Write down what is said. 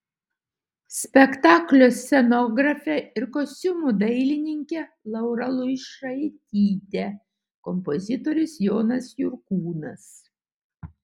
spektaklio scenografė ir kostiumų dailininkė laura luišaitytė kompozitorius jonas jurkūnas